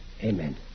Amen